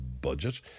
budget